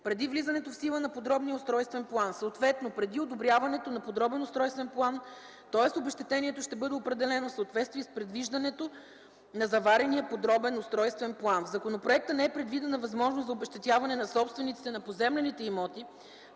преди влизането в сила на подробния устройствен план, съответно преди одобряването на подробен устройствен план, тоест обезщетението ще бъде определено в съответствие с предвиждането на заварения Подробен устройствен план. В законопроекта не е предвидена възможност за обезщетяване на собствениците на поземлени имоти